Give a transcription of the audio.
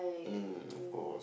mm of course